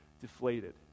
deflated